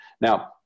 Now